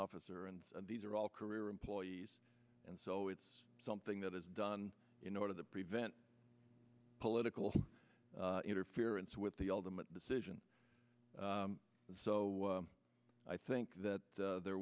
officer and these are all career employees and so it's something that is done in order to prevent political interference with the ultimate decision so i think that there